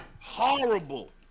Horrible